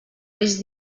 risc